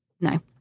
no